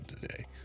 today